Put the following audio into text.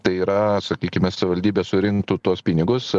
tai yra sakykime savivaldybė surinktų tuos pinigus